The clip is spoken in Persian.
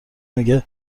میگه